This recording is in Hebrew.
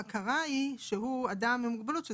ההכרה היא שהוא אדם עם מוגבלות,